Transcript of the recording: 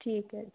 ਠੀਕ ਹੈ ਜੀ